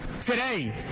today